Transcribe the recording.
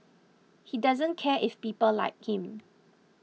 he doesn't care if people like him